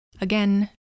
Again